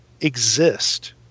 exist